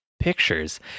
pictures